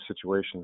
situations